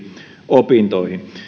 opintoihin